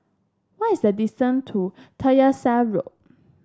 what is the distant to Tyersall Road